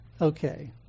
okay